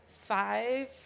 five